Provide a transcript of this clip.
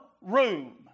room